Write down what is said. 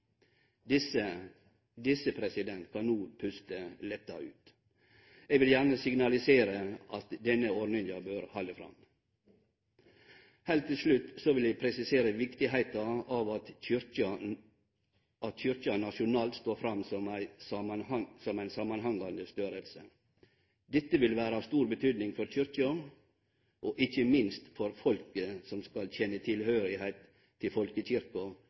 Desse kan no puste letta ut. Eg vil gjerne signalisere at denne ordninga bør halde fram. Heilt til slutt vil eg presisere viktigheita av at Kyrkja nasjonalt står fram som ein samanhangande størrelse. Dette vil vere av stor betyding for Kyrkja – ikkje minst for at folk skal kjenne tilknyting til